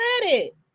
credit